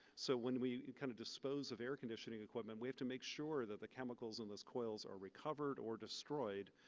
so, when we kind of dispose of air conditioning equipment, we have to make sure that the chemicals and those coils are recovered or destroyed,